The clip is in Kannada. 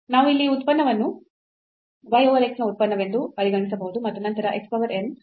ನಾವು ಇಲ್ಲಿ ಈ ಉತ್ಪನ್ನವನ್ನು y over x ನ ಉತ್ಪನ್ನವೆಂದು ಪರಿಗಣಿಸಬಹುದು ಮತ್ತು ನಂತರ x power n ಹೊರಗೆ ಉಳಿದಿದೆ